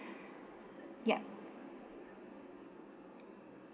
yup